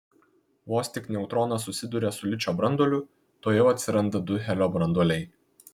vos tik neutronas susiduria su ličio branduoliu tuojau atsiranda du helio branduoliai